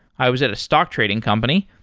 i was at a stock trading company,